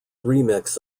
remix